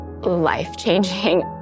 life-changing